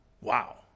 Wow